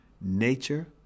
nature